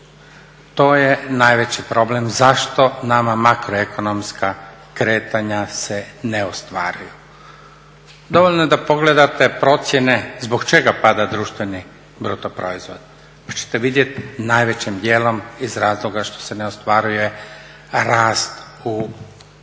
To je najveći problem zašto nama makroekonomska kretanja se ne ostvaruju. Dovoljno je da pogledate procjene zbog čega pada društveni brutoproizvod pa ćete vidjeti najvećim dijelom iz razloga što se ne ostvaruje rast u trajni